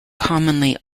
commonly